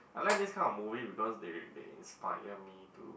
I like this kind of movie because they they inspire me to